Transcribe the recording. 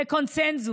זה קונסנזוס.